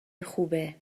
خوبه